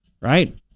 Right